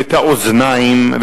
ואת האוזניים,